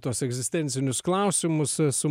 tuos egzistencinius klausimus su